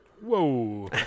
Whoa